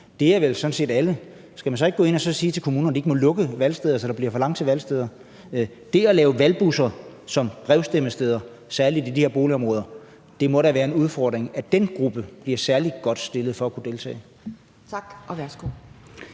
Det gælder vel sådan set alle. Skal man så ikke gå ind og sige til kommunerne, at de ikke må lukke valgsteder, så der bliver for langt til valgstederne? Det at lave valgbusser som brevstemmesteder, særlig i de her boligområder, må da være en udfordring, altså at den gruppe bliver særlig godt stillet i forhold til at kunne deltage. Kl.